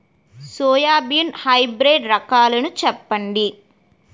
Soybean hybrid రకాలను చెప్పండి?